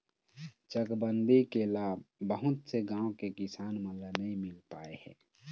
चकबंदी के लाभ बहुत से गाँव के किसान मन ल नइ मिल पाए हे